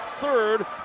third